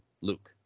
Luke